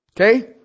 Okay